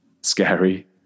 scary